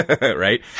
Right